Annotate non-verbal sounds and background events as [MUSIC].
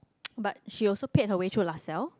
[NOISE] but she also paid her way through LaSalle